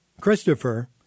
Christopher